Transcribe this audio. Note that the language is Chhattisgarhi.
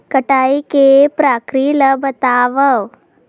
कटाई के प्रक्रिया ला बतावव?